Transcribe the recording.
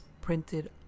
printed